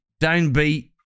downbeat